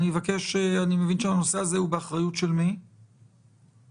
באחריות מי הנושא הזה?